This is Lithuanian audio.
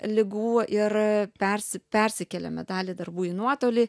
ligų ir persi persikėlėme dalį darbų į nuotolį